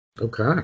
Okay